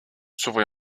s’ouvrit